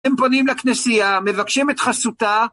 הם פונים לכנסייה, מבקשים את חסותה.